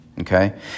Okay